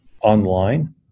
online